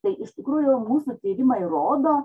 tai iš tikrųjų mūsų tyrimai rodo